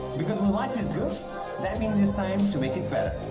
because when life is good, that means it's time to make it better.